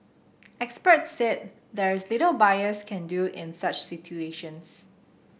experts said there is little buyers can do in such situations